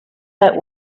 that